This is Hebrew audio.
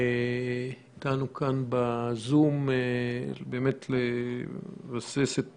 שנמצא איתנו כאן ב"זום" באמת לבסס את